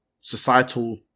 societal